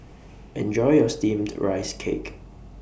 Enjoy your Steamed Rice Cake